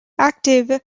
active